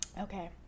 Okay